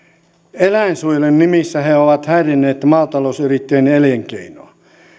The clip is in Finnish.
eläinsuojelun nimissä he ovat häirinneet maatalousyrittäjien elinkeinoa